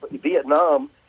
Vietnam